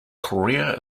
korea